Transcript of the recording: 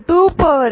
4